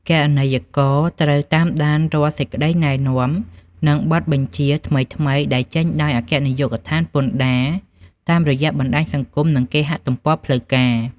គណនេយ្យករត្រូវតាមដានរាល់សេចក្តីណែនាំ និងបទបញ្ជាថ្មីៗដែលចេញដោយអគ្គនាយកដ្ឋានពន្ធដារតាមរយៈបណ្តាញសង្គម និងគេហទំព័រផ្លូវការ។